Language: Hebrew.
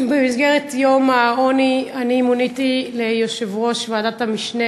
במסגרת יום המאבק בעוני מוניתי ליושבת-ראש ועדת המשנה